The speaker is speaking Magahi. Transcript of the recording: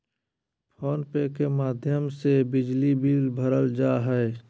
फोन पे के माध्यम से बिजली बिल भरल जा हय